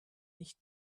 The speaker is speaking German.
nicht